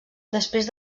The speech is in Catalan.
després